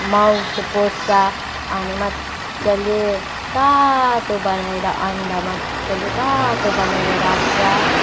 माउ चाहिँ पस्छ अनि मजाले तातो बनाएर अन्डा मजाले तातो बनाएर राख्छ